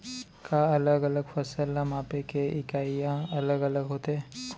का अलग अलग फसल ला मापे के इकाइयां अलग अलग होथे?